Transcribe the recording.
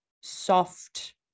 soft